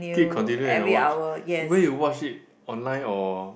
keep continue and watch where you watch it online or